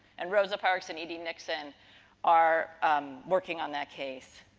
and, rosa parks and e. d. nixon are working on that case.